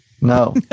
no